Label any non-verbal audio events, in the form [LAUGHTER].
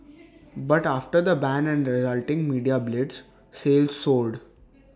[NOISE] but after the ban and resulting media blitz sales soared